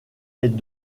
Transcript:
est